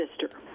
sister